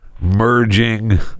merging